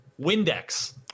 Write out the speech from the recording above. Windex